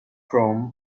chrome